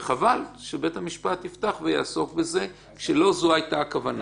וחבל שבית המשפט יפתח ויעסוק בזה כשלא זו הייתה הכוונה.